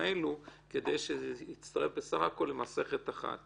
האלה כדי שזה יצטרף בסך הכול למסכת אחת,